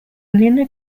lunar